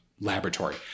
laboratory